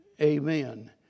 Amen